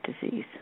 disease